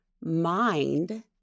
mind